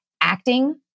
acting